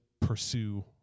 pursue